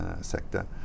sector